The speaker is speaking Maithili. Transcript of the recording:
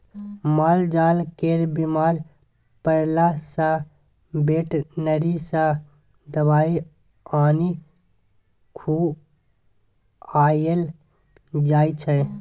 मालजाल केर बीमार परला सँ बेटनरी सँ दबाइ आनि खुआएल जाइ छै